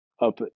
up